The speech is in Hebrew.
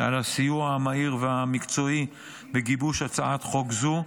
על הסיוע המהיר והמקצועי בגיבוש הצעת חוק זו,